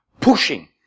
pushing